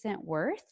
worth